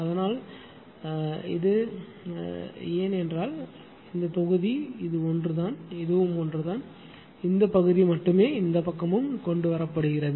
அதனால் இது ஏன் ஆனால் இந்த தொகுதி ஒன்றுதான் இதுவும் ஒன்றுதான் இந்தப் பகுதி மட்டுமே இந்தப் பக்கமும் கொண்டு வரப்படுகிறது